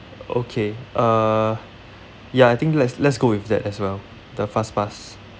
okay uh ya I think let's let's go with that as well the fast pass